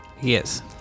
Yes